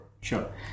Sure